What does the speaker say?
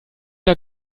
der